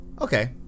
Okay